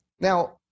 Now